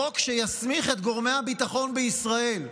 חוק שיסמיך את גורמי הביטחון בישראל,